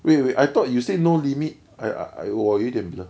wait wait I thought you said no limit I I 我有一点 blur